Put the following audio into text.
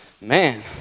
Man